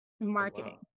marketing